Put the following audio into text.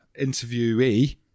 interviewee